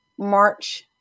march